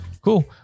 Cool